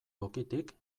tokitik